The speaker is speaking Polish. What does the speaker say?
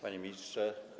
Panie Ministrze!